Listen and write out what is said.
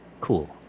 cool